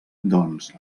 doncs